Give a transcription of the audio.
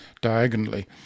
diagonally